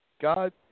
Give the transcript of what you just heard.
God